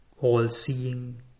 all-seeing